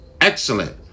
excellent